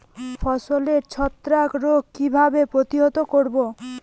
ফসলের ছত্রাক রোগ কিভাবে প্রতিহত করব?